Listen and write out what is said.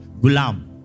Gulam